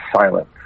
silent